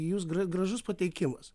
jūs gra gražus pateikimas